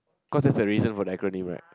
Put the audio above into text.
cause that's the reason for the acronym right